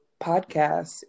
podcast